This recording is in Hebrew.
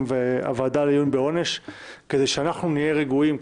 והוועדה לעיון בעונש כדי שאנחנו נהיה רגועים.